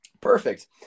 Perfect